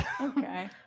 Okay